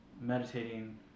meditating